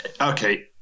Okay